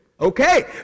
Okay